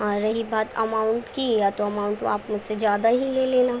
رہی بات اماؤنٹ کی یا تو اماؤنٹ آپ مجھ سے زیادہ ہی لے لینا